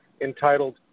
entitled